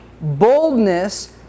boldness